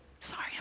Sorry